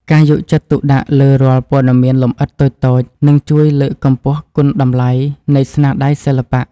ការយកចិត្តទុកដាក់លើរាល់ព័ត៌មានលម្អិតតូចៗនឹងជួយលើកកម្ពស់គុណតម្លៃនៃស្នាដៃសិល្បៈ។